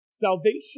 salvation